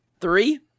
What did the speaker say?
Three